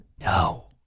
No